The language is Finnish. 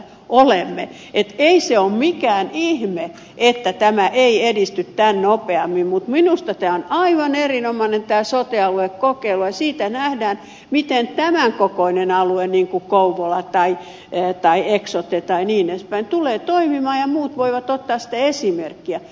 ei se ole mikään ihme että tämä ei edisty tämän nopeammin mutta minusta tämä sote aluekokeilu on aivan erinomainen ja siitä nähdään miten tämän kokoinen alue niin kuin kouvola tai eksote tai niin edespäin tulee toimimaan ja muut voivat ottaa siitä esimerkkiä